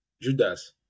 Judas